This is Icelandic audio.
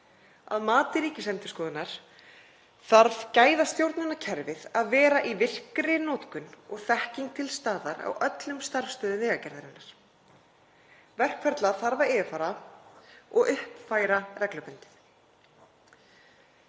Að mati Ríkisendurskoðunar þarf gæðastjórnunarkerfið að vera í virkri notkun og þekking til staðar á öllum starfsstöðvum Vegagerðarinnar. Verkferla þarf að yfirfara og uppfæra reglubundið.